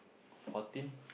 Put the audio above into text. fourteen